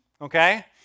okay